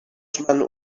horseman